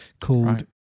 called